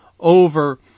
Over